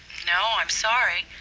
no. i'm sorry.